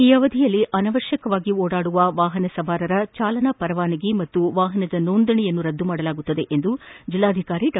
ಈ ಅವಧಿಯಲ್ಲಿ ಅನವಶ್ಯಕವಾಗಿ ಓಡಾಡುವ ವಾಹನ ಸವಾರರ ಚಾಲನಾ ಪರವಾನಗಿ ಹಾಗೂ ವಾಹನದ ನೋಂದಣೆಯನ್ನು ರದ್ದು ಮಾಡಲಾಗುವುದು ಎಂದು ಜೆಲ್ಲಾಧಿಕಾರಿ ಡಾ